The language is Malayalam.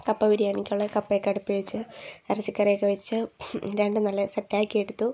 കപ്പ ബിരിയാണിക്കുള്ള കപ്പേക്കെ അടുപ്പേ വെച്ച് എറച്ചിക്കറിയൊക്കെ വെച്ച് രണ്ടും നല്ല സെറ്റാക്കിയെടുത്തു